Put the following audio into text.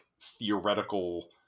theoretical